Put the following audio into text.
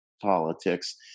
politics